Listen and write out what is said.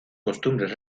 costumbres